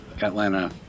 Atlanta